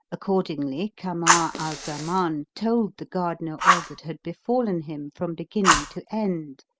accordingly kamar al-zaman told the gardener all that had befallen him from beginning to end,